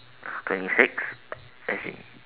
twenty six as in